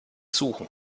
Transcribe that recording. suchen